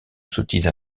sottise